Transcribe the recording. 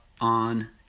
on